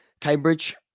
Cambridge